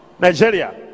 Nigeria